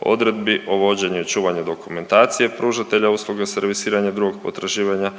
odredbi o vođenju i čuvanju dokumentacije pružatelja usluga servisiranja drugog potraživanja